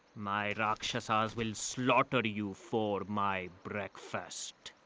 my rakshasas will slaughter you for my breakfast.